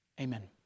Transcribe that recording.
Amen